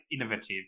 innovative